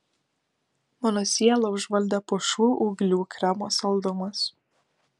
mano sielą užvaldė pušų ūglių kremo saldumas